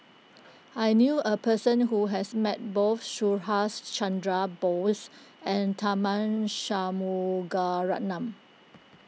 I knew a person who has met both Subhas Chandra Bose and Tharman Shanmugaratnam